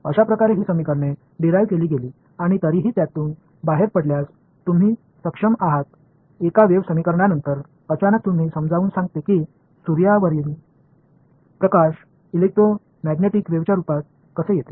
अशाप्रकारे ही समीकरणे डिराईव केली गेली आणि तरीही त्यातून बाहेर पडण्यास तुम्ही सक्षम आहात एका वेव्ह समीकरणानंतर अचानक तुम्हाला समजावून सांगते की सूर्यावरील प्रकाश इलेक्ट्रोमॅग्नेटिक वेव्हच्या रूपात कसे येते